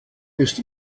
ist